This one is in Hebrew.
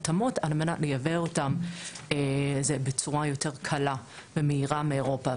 על מנת לייבא אותם בצורה יותר קלה ומהירה מאירופה.